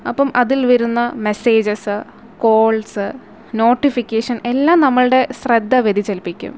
അപ്പോള് അതിൽ വരുന്ന മെസേജസ് കോൾസ് നോട്ടിഫിക്കേഷൻ എല്ലാം നമ്മളുടെ ശ്രദ്ധ വ്യതിചലിപ്പിക്കും